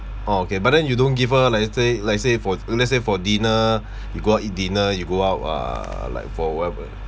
okay but then you don't give her like say like say for let's say for dinner you got eat dinner you go out uh like for whatever